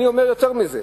אני אומר יותר מזה.